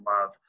love